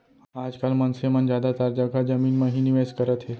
आज काल मनसे मन जादातर जघा जमीन म ही निवेस करत हे